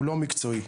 לא מקצועי.